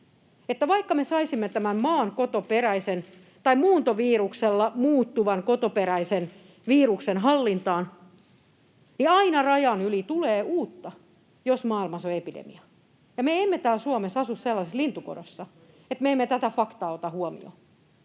vaikka me saisimme tämän maan muuntoviruksella muuttuvan kotoperäisen viruksen hallintaan, niin aina rajan yli tulee uutta, jos maailmassa on epidemia. Me emme täällä Suomessa asu sellaisessa lintukodossa, että me emme tätä faktaa ota huomioon.